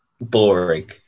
boring